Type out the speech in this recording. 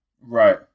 Right